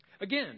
Again